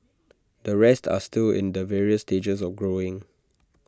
the rest are still in the various stages of growing